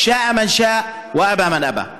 ירצה מי שירצה וימאן מי שימאן.)